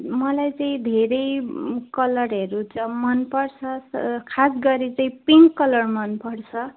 मलाई चाहिँ धेरै कलरहरू त मनपर्छ खास गरी चाहिँ पिङ्क कलर मनपर्छ